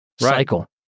cycle